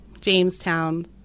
Jamestown